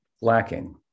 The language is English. lacking